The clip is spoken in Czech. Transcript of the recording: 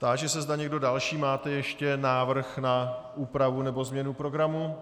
Táži se, zda někdo další máte ještě návrh na úpravu nebo změnu programu.